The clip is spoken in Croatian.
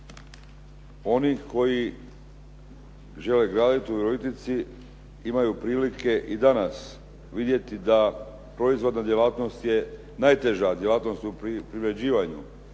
oni koji žele graditi u Virovitici imaju prilike i danas vidjeti da proizvodna djelatnost je najteža djelatnost u privređivanju.